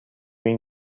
این